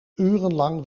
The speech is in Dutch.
urenlang